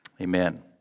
Amen